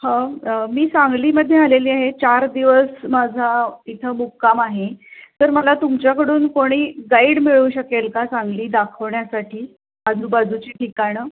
हो मी सांगलीमध्ये आलेली आहे चार दिवस माझा इथं मुक्काम आहे तर मला तुमच्याकडून कोणी गाईड मिळू शकेल का सांगली दाखवण्यासाठी आजूबाजूची ठिकाणं